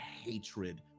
hatred